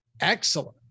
excellent